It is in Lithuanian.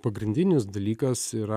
pagrindinis dalykas yra